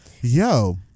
Yo